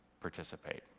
participate